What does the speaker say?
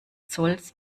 zolls